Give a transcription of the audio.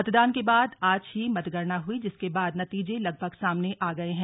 मतदान के बाद आज ही मतगणना हुई जिसके बाद नतीजे लगभग सामने आ गए हैं